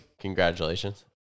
congratulations